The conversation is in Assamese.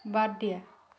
বাদ দিয়া